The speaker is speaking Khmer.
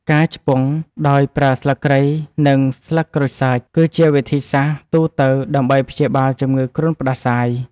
ការឆ្ពង់ដោយប្រើស្លឹកគ្រៃ និងស្លឹកក្រូចសើច គឺជាវិធីសាស្ត្រទូទៅដើម្បីព្យាបាលជំងឺគ្រុនផ្តាសាយ។